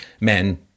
men